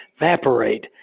evaporate